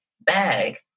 bag